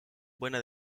buena